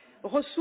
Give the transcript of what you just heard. Ressources